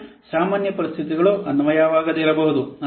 ಮತ್ತು ಸಾಮಾನ್ಯ ಪರಿಸ್ಥಿತಿಗಳು ಅನ್ವಯವಾಗದಿರಬಹುದು